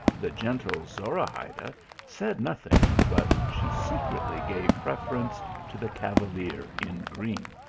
the gentle zorahayda said nothing, but she se cretly gave preference to the cavalier in green.